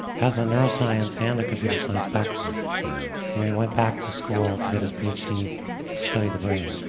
has a neuroscience and a computer science background. you know you know he went back to school to get his ph d. to study the brain.